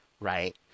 Right